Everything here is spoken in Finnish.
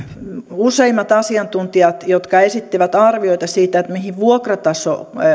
useimmat asiantuntijat jotka esittivät arvioita siitä mihin vuokrataso